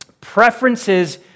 preferences